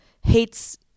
Hates